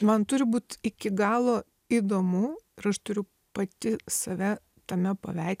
man turi būt iki galo įdomu ir aš turiu pati save tame paveiksle